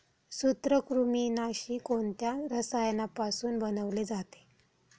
सूत्रकृमिनाशी कोणत्या रसायनापासून बनवले जाते?